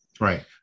Right